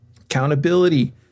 Accountability